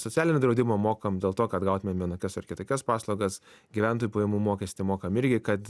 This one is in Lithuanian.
socialinį draudimą mokam dėl to kad gautumėm vienokias ar kitokias paslaugas gyventojų pajamų mokestį mokam irgi kad